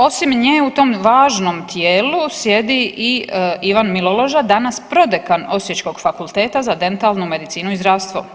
Osim nje u tom važnom tijelu sjedi i Ivan Miloloža danas prodekan osječkog fakulteta za dentalnu medicinu i zdravstvo.